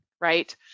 right